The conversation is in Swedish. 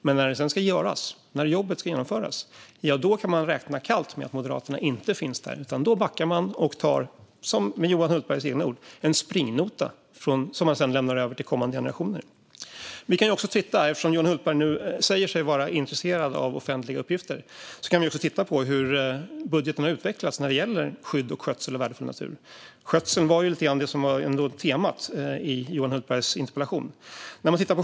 Men när jobbet sedan ska genomföras kan man kallt räkna med att Moderaterna inte finns där. Då backar Moderaterna och tar - med Johan Hultbergs egna ord - en springnota som man sedan lämnar över till kommande generationer. Eftersom Johan Hultberg nu säger sig vara intresserad av offentliga uppgifter kan vi titta på hur budgeten har utvecklats gällande skydd och skötsel av värdefull natur. Skötseln var ju lite grann det som var temat i Johan Hultbergs interpellation.